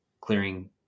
clearing